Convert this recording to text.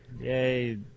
Yay